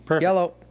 Yellow